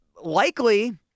likely